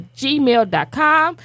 gmail.com